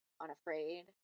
unafraid